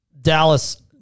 Dallas